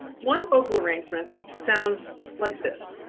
one vocal arrangement sounds like this.